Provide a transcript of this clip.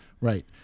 Right